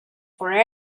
for